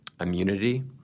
immunity